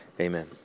Amen